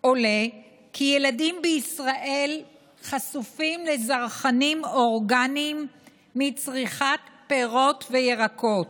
עולה כי ילדים בישראל חשופים לזרחנים אורגניים מצריכת פירות וירקות,